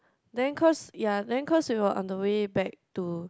then cause ya then cause we on the way back to